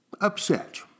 Upset